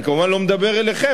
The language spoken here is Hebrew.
אני, כמובן, לא מדבר אליכם.